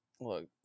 Look